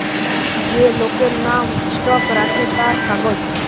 যে লোকের নাম স্টক রাখে তার কাগজ